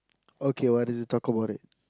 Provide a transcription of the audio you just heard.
okay what is it talk about it